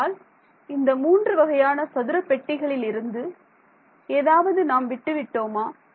ஆகையால் இந்த மூன்று வகையான சதுர பெட்டிகளிலிருந்து ஏதாவது நாம் விட்டு விட்டோமா